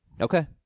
Okay